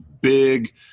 big